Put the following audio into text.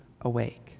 awake